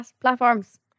platforms